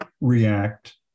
react